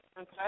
Okay